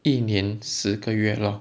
一年十个月 lor